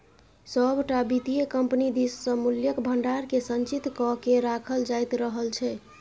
सभटा वित्तीय कम्पनी दिससँ मूल्यक भंडारकेँ संचित क कए राखल जाइत रहल छै